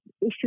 issue